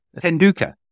Tenduka